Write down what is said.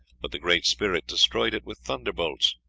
but the great spirit destroyed it with thunderbolts.